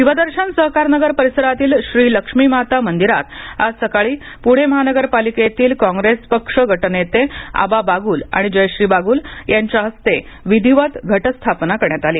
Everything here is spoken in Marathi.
शिवदर्शन सहकारनगर परिसरातील श्री लक्ष्मी माता मंदिरात आज सकाळी पुणे महानगरपालिकेतील काँग्रेस पक्ष गटनेते आबा बाग्ल आणि जयश्री बाग्ल यांच्या हस्ते विधिवत घटस्थापना करण्यात आली